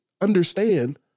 understand